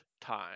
time